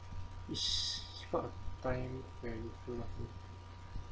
s~ what time do you feel